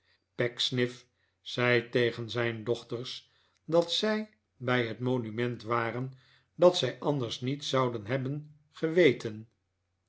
pecksniff zei tegen zijn dochters dat zij bij het monument waren wat zij anders niet zouden hebben geweten